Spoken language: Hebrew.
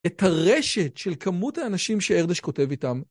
את הרשת של כמות האנשים שארדש כותב איתם.